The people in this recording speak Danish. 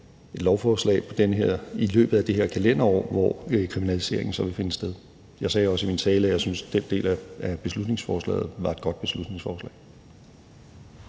et lovforslag i løbet af det her kalenderår, hvor kriminaliseringen så vil finde sted. Jeg sagde også i min tale, at jeg synes, at den del af beslutningsforslag var et godt beslutningsforslag.